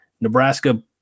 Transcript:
Nebraska